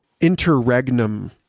interregnum